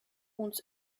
uns